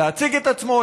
להציג את עצמו,